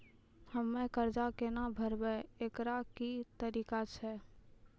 हम्मय कर्जा केना भरबै, एकरऽ की तरीका छै?